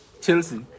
Chelsea